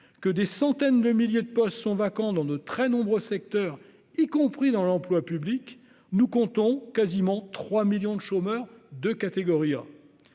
que des centaines de milliers de postes sont vacants dans de très nombreux secteurs, y compris dans l'emploi public, nous comptons quasiment 3 millions de chômeurs de catégorie A.